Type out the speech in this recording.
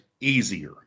easier